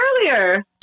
earlier